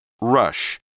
Rush